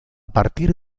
partir